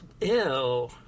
Ew